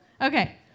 Okay